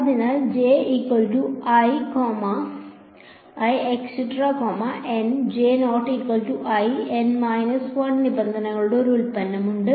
അതിനാൽ N 1 നിബന്ധനകളുടെ ഒരു ഉൽപ്പന്നമുണ്ട്